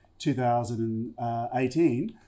2018